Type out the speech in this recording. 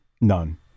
None